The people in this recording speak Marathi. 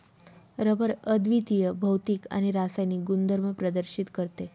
रबर अद्वितीय भौतिक आणि रासायनिक गुणधर्म प्रदर्शित करते